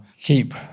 keep